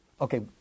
Okay